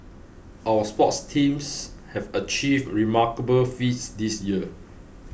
our sports teams have achieved remarkable feats this year